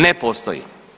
Ne postoji.